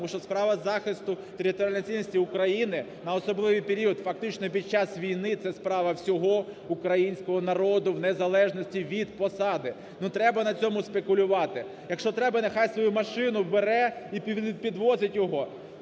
тому що справа захисту територіальної цілісності України на особливий період, фактично, під час війни це справа всього українського народу, в незалежності від посади. Не треба на цьому спекулювати. Якщо треба, нехай свою машину бере і підвозить його.